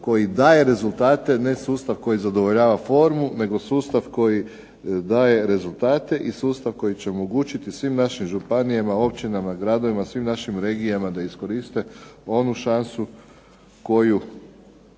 koji daje rezultate, ne sustav koji zadovoljava formu nego sustav koji daje rezultate i sustav koji će omogućiti svim našim županijama, općinama, gradovima, svim našim regijama da iskoriste onu šansu koja